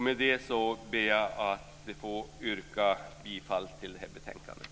Med det ber jag att få yrka bifall till utskottets hemställan.